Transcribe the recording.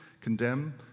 condemn